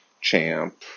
champ